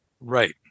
right